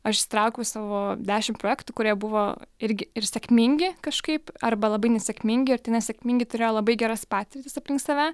aš išsitraukiau savo dešimt projektų kurie buvo irgi ir sėkmingi kažkaip arba labai nesėkmingi ir tie nesėkmingi turėjo labai geras patirtis aplink save